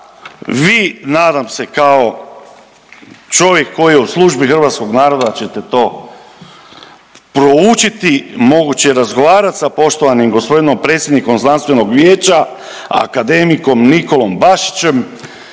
vi nadam se kao čovjek koji je u službi hrvatskog naroda ćete to proučiti, moguće razgovarati sa poštovanim gospodinom predsjednikom Znanstvenog vijeća, akademikom Nikolom Bašićem